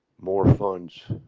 more funds,